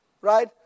right